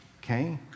Okay